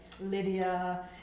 Lydia